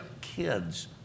kids